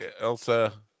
Elsa